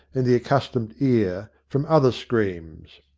in the accustomed ear, from other screams.